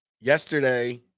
yesterday